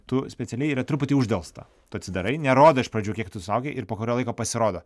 tu specialiai yra truputį uždelsta tu atsidarai nerodo iš pradžių kiek tu sulaukei ir po kurio laiko pasirodo